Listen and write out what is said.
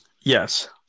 Yes